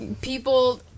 people